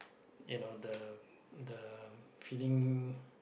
you know the the feeling